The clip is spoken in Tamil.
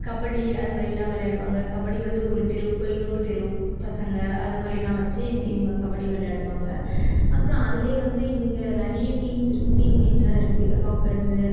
கபடி அது மாதிரிலாம் விளையாடுவாங்க கபடி வந்து ஒரு தெருவுக்கும் இன்னொரு தெருவு பசங்க அது மாதிரிலாம் வச்சு இவங்க கபடி விளையாடுவாங்க அப்புறம் அதுலேயே வந்து இங்கே நிறைய டீம்ஸ் இருக் டீம் நேம்லாம் இருக்குது ராக்கர்ஸு